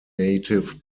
native